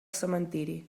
cementiri